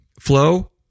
flow